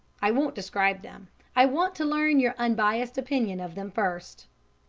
i won't describe them i want to learn your unbiassed opinion of them first.